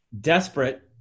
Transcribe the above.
Desperate